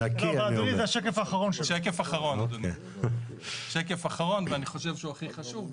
שקף אחרון ואני חושב שהוא הכי חשוב.